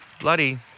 bloody